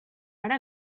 ara